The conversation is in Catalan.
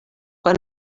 quan